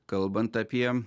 kalbant apie